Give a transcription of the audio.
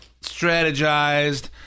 strategized